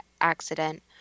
accident